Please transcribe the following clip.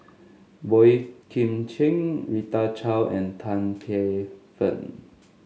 Boey Kim Cheng Rita Chao and Tan Paey Fern